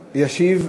2559. ישיב,